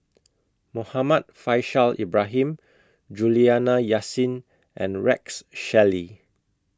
Muhammad Faishal Ibrahim Juliana Yasin and Rex Shelley